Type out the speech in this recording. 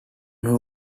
who